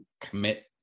commit